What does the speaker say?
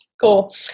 Cool